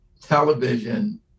television